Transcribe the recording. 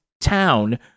town